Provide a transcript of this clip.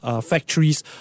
factories